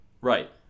Right